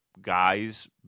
guys